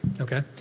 Okay